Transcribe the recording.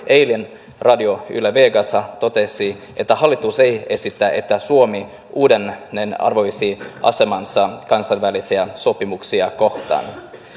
eilen radio yle vegassa totesi että hallitus ei esitä että suomi uudelleenarvioisi asemaansa kansainvälisiä sopimuksia kohtaan